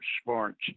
sports